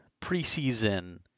preseason